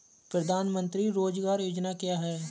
प्रधानमंत्री रोज़गार योजना क्या है?